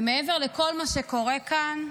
ומעבר לכל מה שקורה כאן,